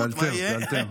תאלתר, תאלתר.